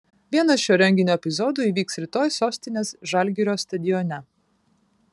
vienas šio renginio epizodų įvyks rytoj sostinės žalgirio stadione